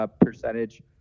percentage